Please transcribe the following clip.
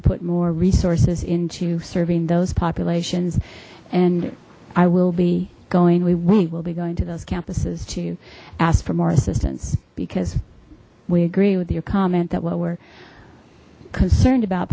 to put more resources into serving those populations and i will be going we will be going to those campuses to ask for more assistance because we agree with your comment that what we're concerned about